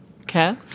Okay